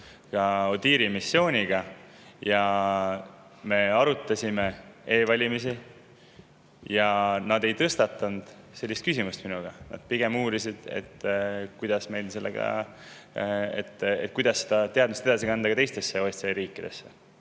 ja ODIHR‑i missiooniga. Me arutasime e‑valimisi ja nad ei tõstatanud sellist küsimust minuga [rääkides], nad pigem uurisid, kuidas seda teadmist edasi kanda ka teistesse OSCE riikidesse.